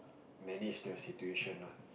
manage the situation lah